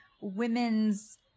women's